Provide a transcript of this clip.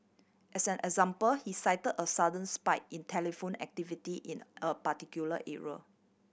as an example he cite a sudden spike in telephone activity in a particular area